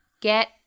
get